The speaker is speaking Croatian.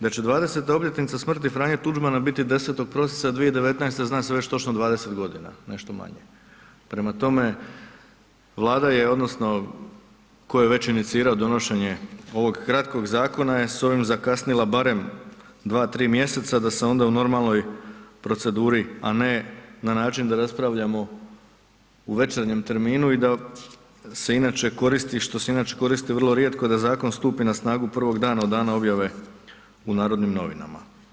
Da će 20-ta obljetnica smrti Franje Tuđmana biti 10. prosinca 2019. zna se već točno 20 godina, nešto manje, prema tome Vlada je odnosno tko je već inicirao donošenje ovog kratkog zakona je s ovim zakasnila barem 2, 3 mjeseca da se onda u normalnoj proceduri, a ne na način da raspravljamo u večernjem terminu i da se inače koristi, što se inače koristi vrlo rijetko da zakon stupi na snagu prvog dana od dana objave u Narodnim novinama.